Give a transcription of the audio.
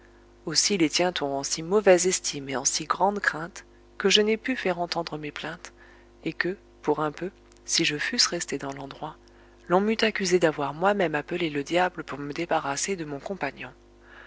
aussi les tient on en si mauvaise estime et en si grande crainte que je n'ai pu faire entendre mes plaintes et que pour un peu si je fusse resté dans l'endroit l'on m'eût accusé d'avoir moi-même appelé le diable pour me débarrasser de mon compagnon